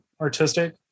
artistic